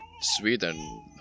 Sweden